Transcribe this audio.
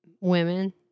Women